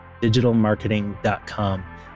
DigitalMarketing.com